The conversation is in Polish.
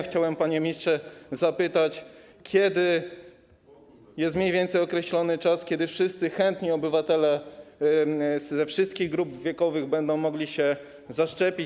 Chciałbym, panie ministrze, zapytać, na kiedy jest mniej więcej określony termin, kiedy wszyscy chętni obywatele ze wszystkich grup wiekowych będą mogli się zaszczepić.